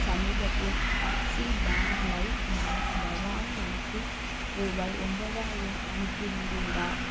சமீபத்தில் Axis bank லைம் மூலம் பவானி எனக்கு ரூபாய் ஒம்பதாயிரம் அனுப்பியிருந்தீரா